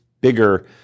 bigger